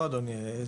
לא אדוני,